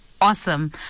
awesome